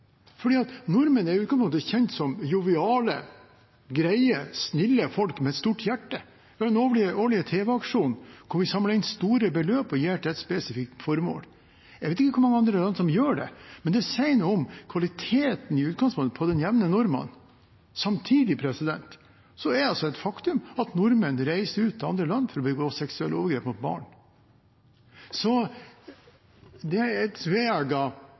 nordmenn er i utgangspunktet kjent som joviale, greie og snille folk med et stort hjerte. Vi har den årlige tv-aksjonen der vi samler inn store beløp og gir til et spesifikt formål. Jeg vet ikke hvor mange andre land som gjør det, men det sier noe om kvaliteten, i utgangspunktet, på den jevne nordmann. Samtidig er det et faktum at nordmenn reiser ut til andre land for å begå seksuelle overgrep mot barn. Så det er